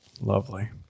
Lovely